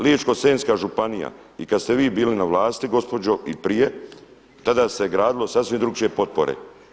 Ličko-senjska županija i kada ste vi bili na vlasti gospođo i prije tada se gradilo sasvim drugačije potpore.